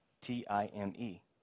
T-I-M-E